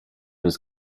was